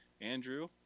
Andrew